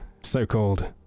so-called